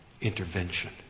intervention